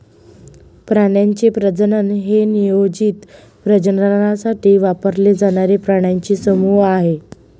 प्राण्यांचे प्रजनन हे नियोजित प्रजननासाठी वापरले जाणारे प्राण्यांचे समूह आहे